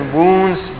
wounds